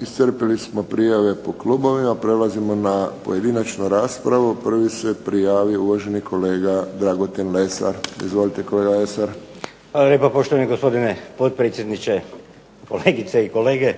Iscrpili smo prijave po klubovima, prelazimo na pojedinačnu raspravu. Prvi se prijavio uvaženi kolega Dragutin Lesar. Izvolite kolega Lesar. **Lesar, Dragutin (Nezavisni)** Hvala lijepa poštovani gospodine potpredsjedniče, kolegice i kolege.